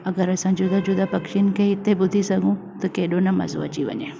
अगरि असां जुदा जुदा पक्षिन खे हिते ॿुधी सघूं त केॾो न मज़ो अची वञे